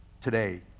today